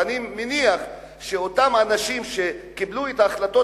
ואני מניח שאותם אנשים שקיבלו את ההחלטות